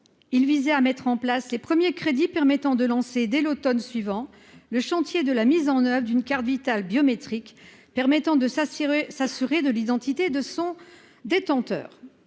il visait à mettre en place les premiers crédits permettant de lancer dès l'Automne suivant le chantier de la mise en oeuvre d'une carte Vitale biométrique permettant de s'assurer s'assurer de l'identité de son détenteur,